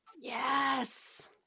Yes